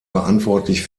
verantwortlich